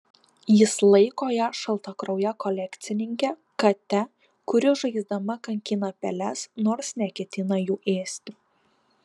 jis laiko ją šaltakrauje kolekcininke kate kuri žaisdama kankina peles nors neketina jų ėsti